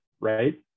Right